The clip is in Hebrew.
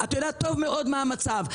אתה יודע טוב מאוד מה המצב.